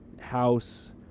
House